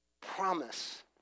promise